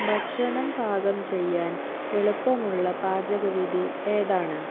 ഭക്ഷണം പാകം ചെയ്യാൻ എളുപ്പമുള്ള പാചകവിധി ഏതാണ്